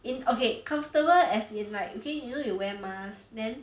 in okay comfortable as in like okay you know you wear mask then